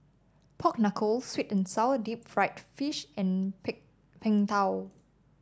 Pork Knuckle sweet and sour Deep Fried Fish and pig Png Tao